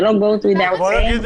זה לא goes without saying?